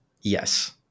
Yes